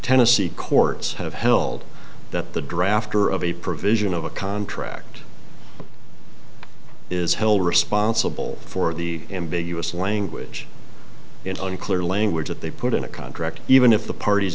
tennessee courts have held that the drafter of a provision of a contract is held responsible for the ambiguous language in clear language that they put in a contract even if the parties